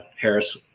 Harris